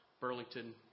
Burlington